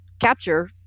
capture